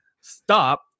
stop